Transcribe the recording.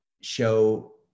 show